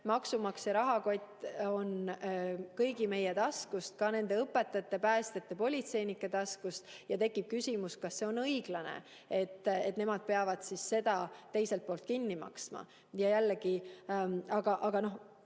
maksumaksja rahakott on kõigi meie taskust, ka nende õpetajate, päästjate ja politseinike taskust, ja tekib küsimus, kas see on õiglane, et nemad peavad seda teiselt poolt kinni maksma. Jällegi, seda